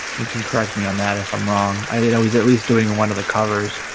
you, can correct me on that if i'm wrong i don't know he's at least doing one of the covers